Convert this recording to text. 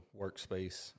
workspace